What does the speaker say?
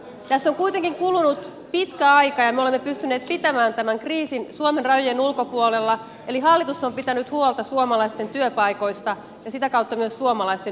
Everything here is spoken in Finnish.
tässä on kuitenkin kulunut pitkä aika ja me olemme pystyneet pitämään tämän kriisin suomen rajojen ulkopuolella eli hallitus on pitänyt huolta suomalaisten työpaikoista ja sitä kautta myös suomalaisten hyvinvoinnista